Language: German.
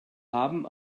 haben